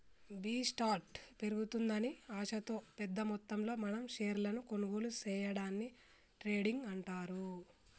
B స్టార్ట్ పెరుగుతుందని ఆశతో పెద్ద మొత్తంలో మనం షేర్లను కొనుగోలు సేయడాన్ని ట్రేడింగ్ అంటారు